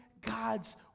God's